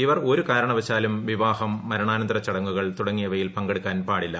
ഇവർ ഒരു കാരണവശാലും വിവാഹം മരണാനന്തര ചടങ്ങുകൾ തുടങ്ങിയവയിൽ പങ്കെടുക്കാൻ പാടില്ല